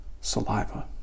saliva